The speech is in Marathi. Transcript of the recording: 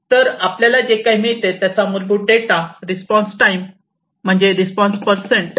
तर आपल्याकडे जे काही मिळते त्याचा मूलभूत डेटा म्हणजे रिस्पॉन्स टाईम म्हणजे रिस्पॉन्स पर्सेंट